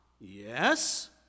yes